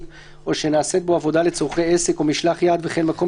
או שנעשית בו עבודה לצורכי עסק או משלח יד וכן מקום